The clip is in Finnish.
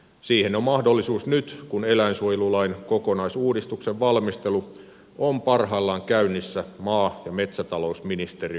siihen on mahdollisuus nyt kun eläinsuojelulain kokonaisuudistuksen valmistelu on parhaillaan käynnissä maa ja metsätalousministeriön johdolla